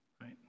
Right